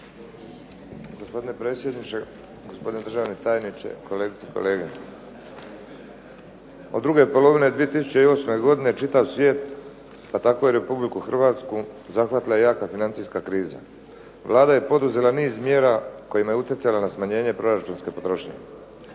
Gospodine predsjedniče, gospodine državni tajniče, kolegice i kolege. Od druge polovine 2008. godine čitav svijet, pa tako i Republiku Hrvatsku zahvatila je jaka financijska kriza. Vlada je poduzela niz mjera kojima je utjecala na smanjenje proračunske potrošnje.